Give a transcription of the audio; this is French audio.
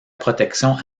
protection